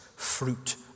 fruit